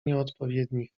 nieodpowiednich